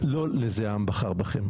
לא לזה העם בחר בכם,